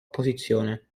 posizione